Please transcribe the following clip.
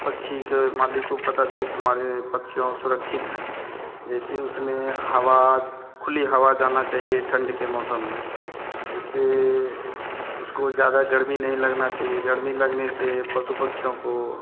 पक्षी के मालिक को पता चले कि हमारे पक्षियों सुरक्षित हैं जैसे उसमें हवा खुली हवा जाना चाहिए ठंड के मौसम में जिससे उसको ज़्यादा गर्मी नहीं लगना चाहिए गर्मी लगने से पशु पक्षियों को